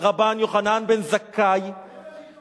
ולכן, אני תוהה, רבן יוחנן בן זכאי לא היה